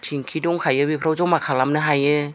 थेंखि दंखायो बेफोराव जमा खालामनो हायो